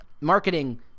marketing